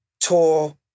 tour